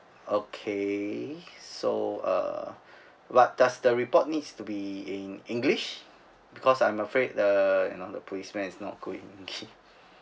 okay so uh but does the report needs to be in english because I'm afraid the you know the policeman is not good at it